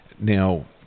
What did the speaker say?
Now